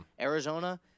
Arizona